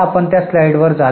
आपण फक्त त्या स्लाइडवर जाल